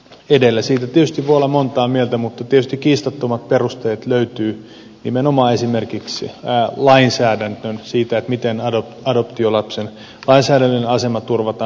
siitä tietysti voi olla montaa mieltä mutta tietysti kiistattomat perusteet löytyvät nimenomaan esimerkiksi lainsäädännössä siitä miten adoptiolapsen lainsäädännöllinen asema turvataan